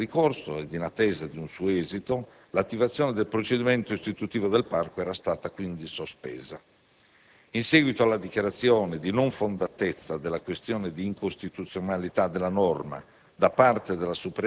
In pendenza di tale ricorso e in attesa di un suo esito, l'attivazione del procedimento istituivo del Parco era stata quindi sospesa. In seguito alla dichiarazione di non fondatezza della questione di incostituzionalità della norma